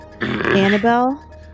annabelle